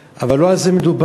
אבל לא על זה מדובר.